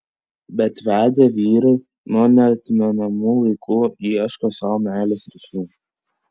bet vedę vyrai nuo neatmenamų laikų ieško sau meilės ryšių